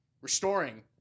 restoring